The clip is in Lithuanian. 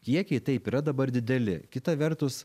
kiekiai taip yra dabar dideli kita vertus